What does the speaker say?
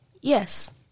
Yes